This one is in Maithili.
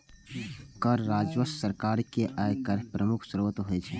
कर राजस्व सरकार के आय केर प्रमुख स्रोत होइ छै